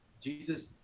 Jesus